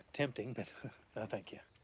tempting, but no thank you.